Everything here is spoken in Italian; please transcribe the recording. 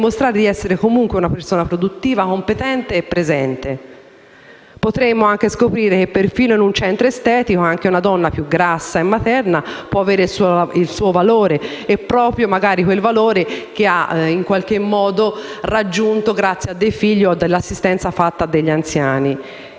di essere comunque una persona produttiva, competente e presente. Potremmo anche scoprire che, perfino in un centro estetico, anche una donna più grassa e materna può avere un suo valore, magari proprio quel valore che ha raggiunto grazie a dei figli o all'assistenza prestata a degli anziani.